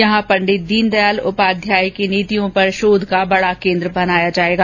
यहां पण्डित दीनदयाल उपाध्याय की नीतियों पर शोध का बडा कोन्द्र बनाया जाएगा